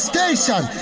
Station